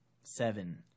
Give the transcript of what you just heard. Seven